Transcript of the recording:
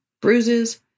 bruises